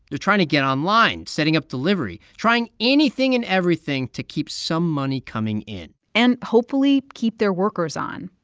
they're trying to get online, setting up delivery, trying anything and everything to keep some money coming in and hopefully keep their workers on.